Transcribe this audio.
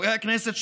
חברי הכנסת,